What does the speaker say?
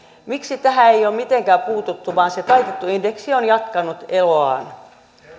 eivät ole tähän mitenkään puuttuneet vaan se taitettu indeksi on jatkanut eloaan